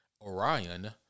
Orion